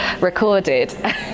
recorded